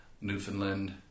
Newfoundland